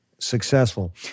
successful